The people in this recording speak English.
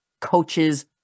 coaches